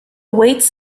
weights